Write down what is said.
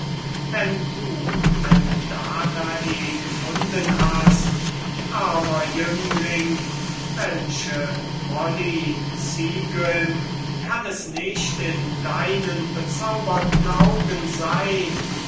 wenn du eine danae gefunden hast armer jüngling welche molly seagrim kann es nicht in deinen bezauberten augen sein